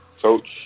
Coach